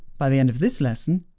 by the end of this lesson,